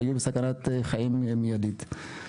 היו בסכנת חיים מיידית.